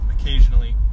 occasionally